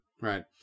Right